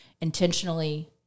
intentionally